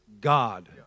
God